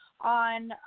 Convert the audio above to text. on